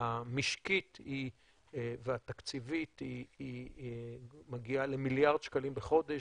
המשקית והתקציבית מגיעה למיליארד שקלים בחודש,